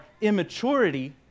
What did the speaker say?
immaturity